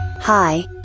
Hi